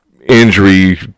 Injury